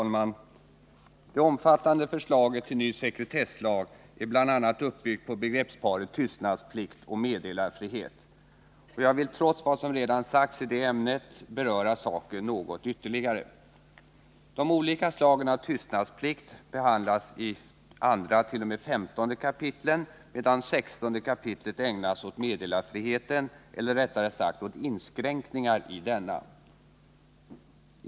Fru talman! Det omfattande förslaget till ny sekretesslag är bl.a. uppbyggt på begreppsparet tystnadsplikt och meddelarfrihet. Jag vill trots vad som redan sagts i detta ämne beröra saken något ytterligare. De olika slagen av tystnadsplikt behandlas i 2-15 kapitlen, medan 16 kapitlet ägnas åt meddelarfriheten eller rättare sagt åt inskränkningar i denna.